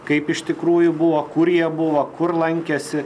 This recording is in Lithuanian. kaip iš tikrųjų buvo kur jie buvo kur lankėsi